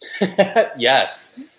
Yes